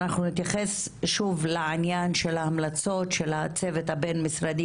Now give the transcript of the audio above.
אנחנו נתייחס שוב לעניין של המלצות הצוות הבין-משרדי